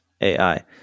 AI